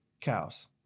cows